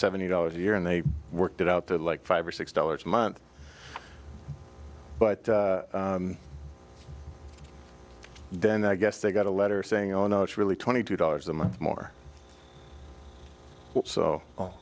seventy dollars a year and they worked it out there like five or six dollars a month but then i guess they got a letter saying oh no it's really twenty two dollars a month more so